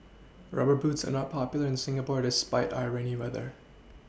rubber boots are not popular in Singapore despite our rainy weather